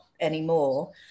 anymore